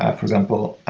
ah for example,